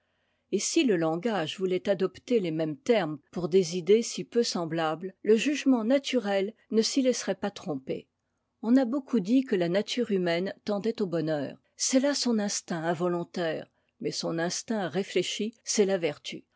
et si le langage voulait adopter les mêmes termes pour des idées si peu semblables le jugement naturel ne s'y laisserait pas tromper on a beaucoup dit que la nature humaine tendait au bonheur c'est là son instinct involontaire mais son instinct réfléchi c'est la vertu